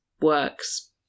works